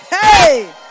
Hey